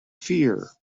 fear